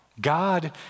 God